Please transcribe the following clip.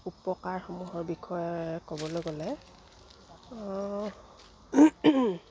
উপকাৰসমূহৰ বিষয়ে ক'বলৈ গ'লে